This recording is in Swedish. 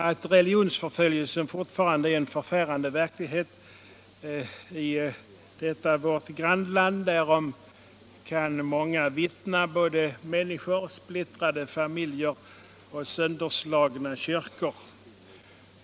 Alt religionsförföljelse fortfarande är en förfärande verklighet i detta 200 vårt grannland, därom kan många vittna —- både människor, splittrade familjer och sönderslagna kyrkor.